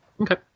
Okay